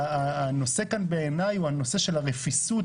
הנושא כאן הוא הנושא של הרפיסות,